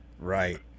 Right